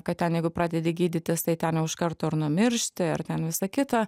kad ten jeigu pradedi gydytis tai ten jau iš karto ir numiršti ar ten visa kita